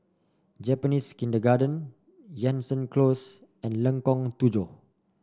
Japanese Kindergarten Jansen Close and Lengkong Tujuh